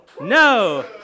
No